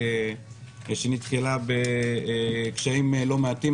שנתקלה בקשיים לא מעטים,